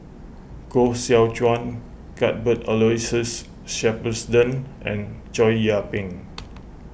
Koh Seow Chuan Cuthbert Aloysius Shepherdson and Chow Yian Ping